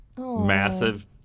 massive